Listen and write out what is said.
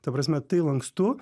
ta prasme tai lankstu